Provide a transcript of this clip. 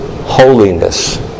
holiness